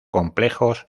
complejos